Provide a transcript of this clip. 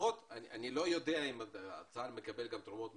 אני לא יודע אם צה"ל מקבל תרומות גם